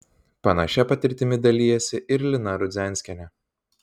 panašia patirtimi dalijasi ir lina rudzianskienė